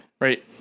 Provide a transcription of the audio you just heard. right